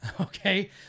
Okay